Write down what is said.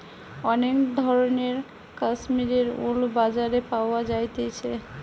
অনেক ধরণের কাশ্মীরের উল বাজারে পাওয়া যাইতেছে